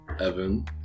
Evan